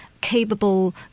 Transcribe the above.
capable